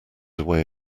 away